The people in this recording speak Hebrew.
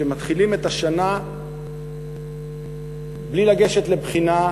שמתחילים את השנה בלי לגשת לבחינה,